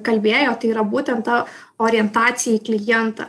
kalbėjo tai yra būtent ta orientacija į klientą